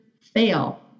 fail